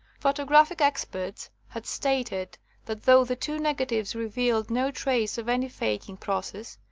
photographic experts had stated that though the two negatives re vealed no trace of any faking process,